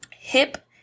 hip